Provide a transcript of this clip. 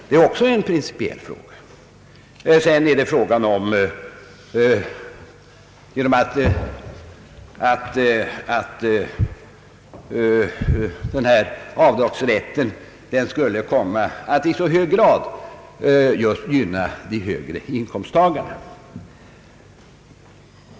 Det är också en principiell fråga. Vidare skulle denna avdragsrätt komma att i hög grad gynna de högre inkomsttagarna.